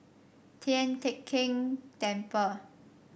Tian Teck Keng Temple